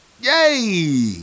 Yay